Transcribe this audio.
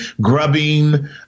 grubbing